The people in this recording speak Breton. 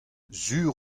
sur